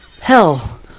Hell